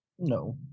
No